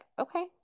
okay